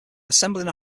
assembling